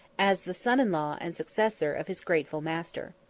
as the son-in-law and successor of his grateful master.